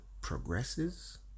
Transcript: progresses